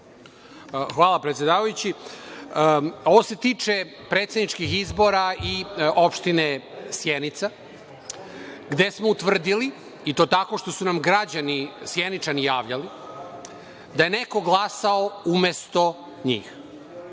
Hvala, predsedavajući. Ovo se tiče predsedničkih izbora i opštine Sjenica, gde smo utvrdili, i to tako što su nam Sjeničani javljali, da je neko glasao umesto njih.